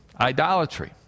Idolatry